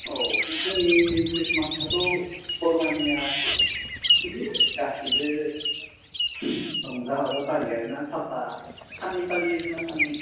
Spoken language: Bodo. औ जोंनि ख्रिस्टमासाथ' बरमानिआ बिदिनो गासैबो रंजा बाजा फालियो आरोना साफ्फा साननै फालियो जोंना साननै